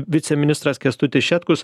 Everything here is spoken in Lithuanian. viceministras kęstutis šetkus